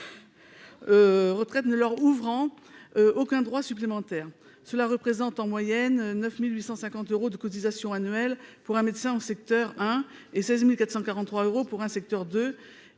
retraite ne leur ouvrant aucun droit supplémentaire. Cela représente en moyenne 9 850 euros de cotisation annuelle pour un médecin en secteur 1 et 16 443 euros pour un médecin